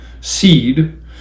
seed